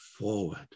forward